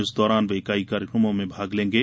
इस दौरान वे कई कार्यक्रमों में भाग लेंगे